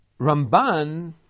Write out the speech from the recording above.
Ramban